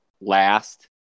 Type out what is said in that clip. last